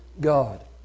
God